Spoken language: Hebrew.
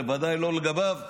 בוודאי לא לגביו.